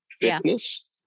fitness